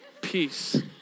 Peace